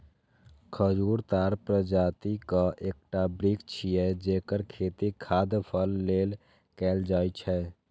खजूर ताड़ प्रजातिक एकटा वृक्ष छियै, जेकर खेती खाद्य फल लेल कैल जाइ छै